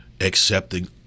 accepting